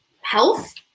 health